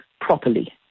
properly